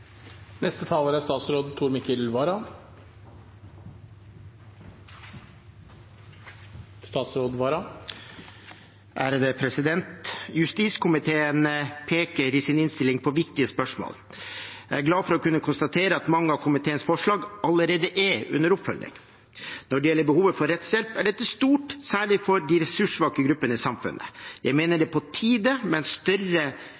Justiskomiteen peker i sin innstilling på viktige spørsmål. Jeg er glad for å kunne konstatere at mange av komiteens forslag allerede er under oppfølging. Når det gjelder behovet for rettshjelp, er dette stort, særlig for de ressurssvake gruppene i samfunnet. Jeg mener det er på tide at man i større